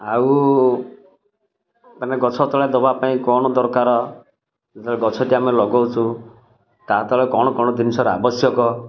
ଆଉ ତୁମେ ଗଛ ତଳେ ଦବା ପାଇଁ କ'ଣ ଦରକାର ଯେ ଗଛ ଟି ଆମେ ଲଗଉଛୁ ତା ତଳେ କ'ଣ କ'ଣ ଜିନିଷ ର ଆବଶ୍ୟକ